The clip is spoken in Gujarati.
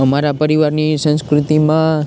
અમારા પરિવારની સંસ્કૃતિમાં